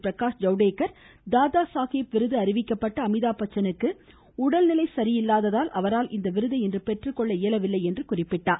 பிரகாஷ் ஜவ்டேகர் தாதா சாஹேப் விருது அறிவிக்கப்பட்ட அமிதாப் பச்சனுக்கு உடல் நிலை சரியில்லாததால் அவரால் இந்த விருதை இன்று பெற்றுக்கொள்ள இயலவில்லை என அவர் கூறினார்